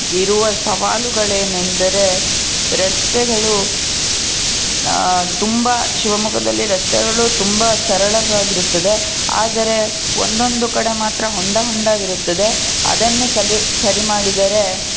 ಇರುವ ಸವಾಲುಗಳೇನೆಂದರೆ ರಸ್ತೆಗಳು ತುಂಬ ಶಿವಮೊಗ್ಗದಲ್ಲಿ ರಸ್ತೆಗಳು ತುಂಬ ಸರಳವಾಗಿರುತ್ತದೆ ಆದರೆ ಒಂದೊಂದು ಕಡೆ ಮಾತ್ರ ಹೊಂಡ ಹೊಂಡವಿರುತ್ತದೆ ಅದನ್ನು ಸರಿ ಸರಿಮಾಡಿದರೆ